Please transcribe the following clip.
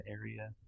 area